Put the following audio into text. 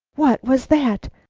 what was that?